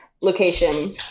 location